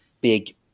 big